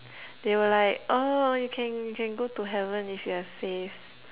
they were like oh you can you can go to heaven if you have faith